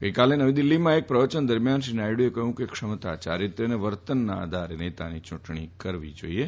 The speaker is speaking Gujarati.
ગઈકાલે નવી દિલ્ફીમાં એક પ્રવચન દરમિયાન શ્રી નાયડુએ કહ્યું કે ક્ષમતા યારિત્ર્ય અને વર્તનના આધારે નેતાની યુંટણી કરવી જાઈએ